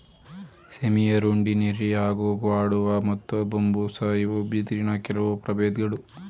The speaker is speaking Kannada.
ಸೆಮಿಅರುಂಡಿನೆರಿ ಹಾಗೂ ಗ್ವಾಡುವ ಮತ್ತು ಬಂಬೂಸಾ ಇವು ಬಿದಿರಿನ ಕೆಲ್ವು ಪ್ರಬೇಧ್ಗಳು